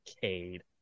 Cade